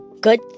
good